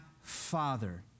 father